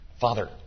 Father